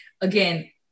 Again